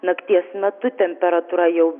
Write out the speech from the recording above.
nakties metu temperatūra jau